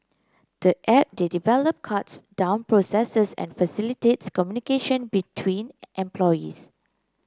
the app they develop cuts down processes and facilities communication between employees